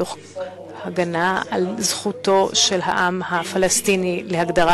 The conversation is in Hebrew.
תוך הגנה על זכותו של העם הפלסטיני להגדרה